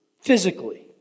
physically